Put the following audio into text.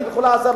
אם ילכו לעזה,